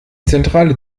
zentrale